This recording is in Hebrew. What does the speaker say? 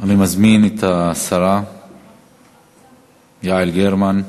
אני מזמין את השרה יעל גרמן.